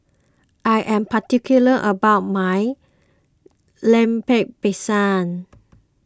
I am particular about my Lemper Pisang